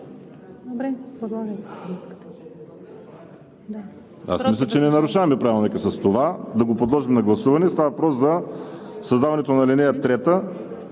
Аз мисля, че не нарушаваме Правилника с това да го подложа на гласуване. Става въпрос за създаването на ал. 3